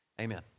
Amen